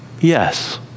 yes